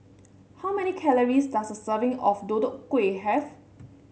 how many calories does a serving of Deodeok Gui have